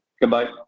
Goodbye